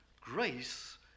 Grace